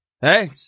Hey